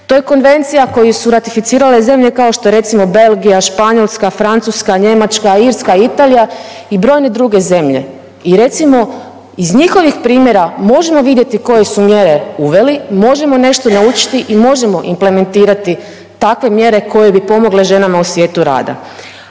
To je konvencija koju su ratificirale zemlje kao što je recimo Belgija, Španjolska, Francuska, Njemačka, Irska, Italija i brojne druge zemlje. I recimo iz njihovih primjera možemo vidjeti koje su mjere uveli, možemo nešto naučiti i možemo implementirati takve mjere koje bi pomogle ženama u svijetu rada.